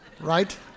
right